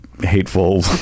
hateful